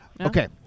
Okay